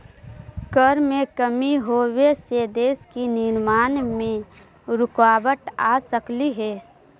कर में कमी होबे से देश के निर्माण में रुकाबत आ सकलई हे